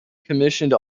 commissioned